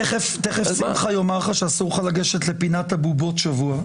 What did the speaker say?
תיכף שמחה יאמר לך שאסור לך לגשת לפינת הבובות שבוע,